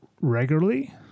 regularly